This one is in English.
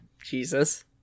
Jesus